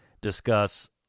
discuss